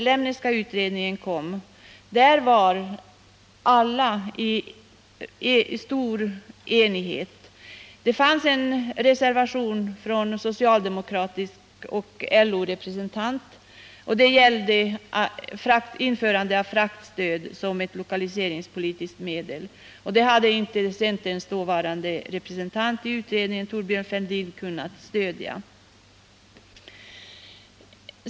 Lemneska utredningen, som kom 1970, rådde stor enighet. Det fanns en reservation från en socialdemokratisk och LO-representant, som gick ut på införandet av fraktstöd som ett lokaliseringspolitiskt medel. Det kravet kunde inte centerns dåvarande representant i utredningen, Thorbjörn Fälldin, stödja.